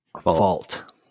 fault